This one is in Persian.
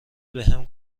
بهم